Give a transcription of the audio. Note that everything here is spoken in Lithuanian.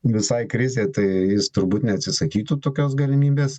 visai krizė tai jis turbūt neatsisakytų tokios galimybės